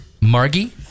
Margie